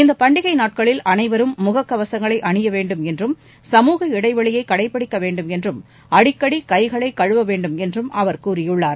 இந்த பண்டிகை நாட்களில் அனைவரும் முக கவசங்களை அணிய வேண்டும் என்றும் சமுக இடைவெளியை கடைபிடிக்க வேண்டும் என்றும் அடிக்கடி கைகளை கழுவ வேண்டும் என்றும் அவர் கூறியுள்ளார்